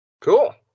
Cool